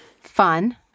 Fun